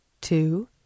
two